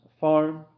farm